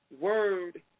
word